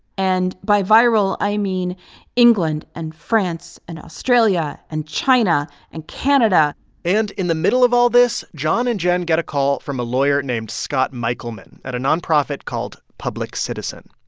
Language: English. and by viral, i mean england and france and australia and china and canada and in the middle of all this, john and jen get a call from a lawyer named scott michelman at a nonprofit called public citizen.